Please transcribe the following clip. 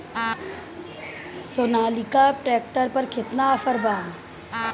Sonalika tractor पर केतना offer बा?